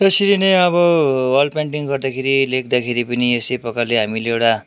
यसरी नै अब वाल पेन्टिङ गर्दाखेरि लेख्दाखेरि पनि यस्तै प्रकारले हामीले एउटा